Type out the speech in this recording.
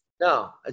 No